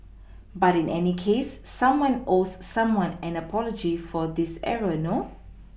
but in any case someone owes someone an apology for this error no